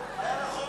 ההצעה